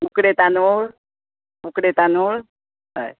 उकडें तादुंळ उकडें तांदुळ हय